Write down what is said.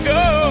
go